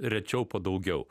rečiau po daugiau